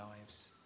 lives